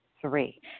Three